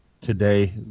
today